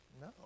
no